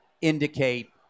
indicate